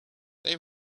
they